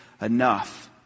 enough